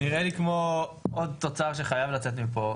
נראה לי כמו עוד תוצר שחייב לצאת מפה.